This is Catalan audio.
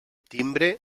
timbre